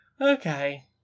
okay